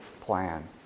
plan